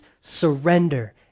surrender